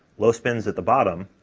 low spins at the bottom,